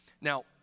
Now